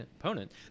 opponent